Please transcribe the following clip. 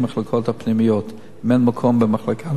הפנימיות אם אין מקום במחלקה האונקולוגית.